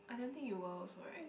I don't think you were also right